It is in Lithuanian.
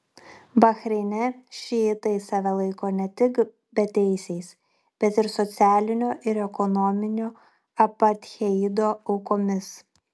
bahreine šiitai save laiko ne tik beteisiais bet ir socialinio ir ekonominio apartheido aukomis